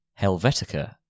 Helvetica